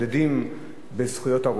שמצדדים בזכויות הרופאים,